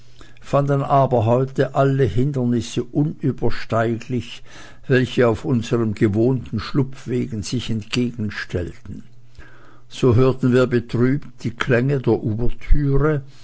fanden aber heute alle hindernisse unübersteiglich welche auf unsern gewohnten schlupfwegen sich entgegenstellten so hörten wir betrübt die klänge der